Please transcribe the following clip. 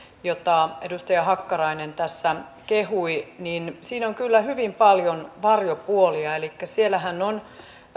jota edustaja hakkarainen tässä kehui siinä on kyllä hyvin paljon varjopuolia elikkä siellähän on